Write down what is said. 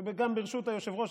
וגם ברשות היושב-ראש,